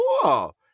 cool